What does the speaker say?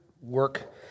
work